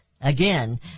Again